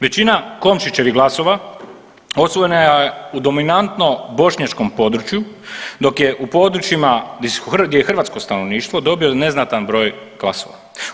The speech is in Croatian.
Većina Komšićevih glasova osvojena je u dominantno bošnjačkom području dok je u područjima gdje je hrvatsko stanovništvo dobio neznatan broj glasova.